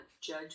judge